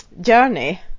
journey